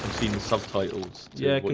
seen subtitles. yeah, we